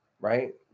right